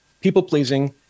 people-pleasing